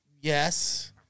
Yes